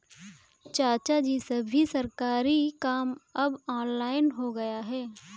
चाचाजी, सभी सरकारी काम अब ऑनलाइन हो गया है